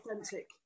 authentic